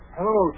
Hello